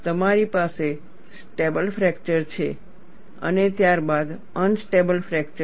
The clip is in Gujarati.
તમારી પાસે સ્ટેબલ ફ્રેકચર છે અને ત્યારબાદ અનસ્ટેબલ ફ્રેકચર છે